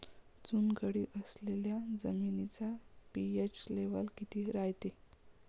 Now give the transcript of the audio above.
चुनखडी असलेल्या जमिनीचा पी.एच लेव्हल किती रायते?